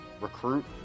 recruit